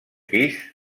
pis